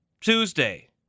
Tuesday